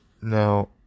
Now